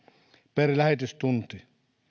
per lähetystunti